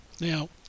Now